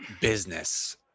business